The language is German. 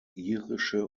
irische